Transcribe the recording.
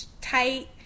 tight